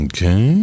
Okay